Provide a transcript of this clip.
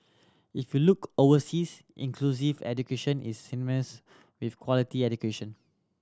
if you look overseas inclusive education is synonymous with quality education